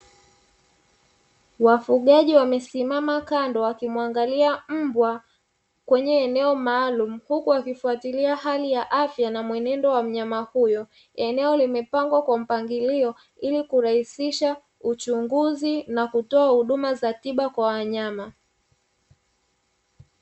Wafugaji wamesimama kando wakimwangalia mbwa kwenye eneo maalumu, huku akifuatilia hali ya afya na mwenendo wa mnyama huyo. Eneo limepangwa kwa mpangilio ili kurahisisha uchunguzi na kutoa huduma za tiba kwa wanyama.